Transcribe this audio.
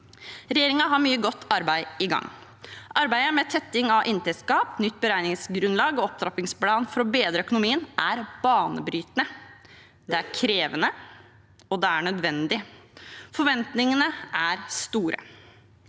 Regjeringen har mye godt arbeid i gang. Arbeidet med tetting av inntektsgapet, et nytt beregningsgrunnlag og en opptrappingsplan for å bedre økonomien er banebrytende. Det er krevende, og det er nødvendig. Forventningene er store.